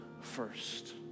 first